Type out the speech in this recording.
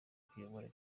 kuyobora